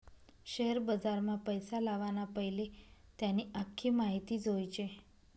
share बजारमा पैसा लावाना पैले त्यानी आख्खी माहिती जोयजे